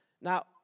Now